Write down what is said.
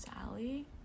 Sally